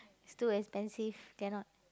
is too expensive cannot